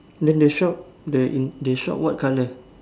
then the shop the in the shop what colour